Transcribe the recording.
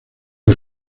del